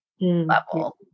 level